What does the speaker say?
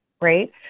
right